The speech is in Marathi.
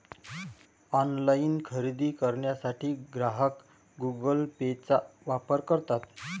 ऑनलाइन खरेदी करण्यासाठी ग्राहक गुगल पेचा वापर करतात